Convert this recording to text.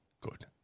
Good